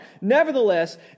Nevertheless